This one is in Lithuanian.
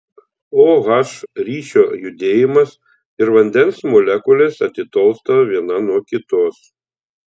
o h ryšio judėjimas ir vandens molekulės atitolsta viena nuo kitos